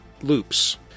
loops